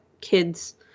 kids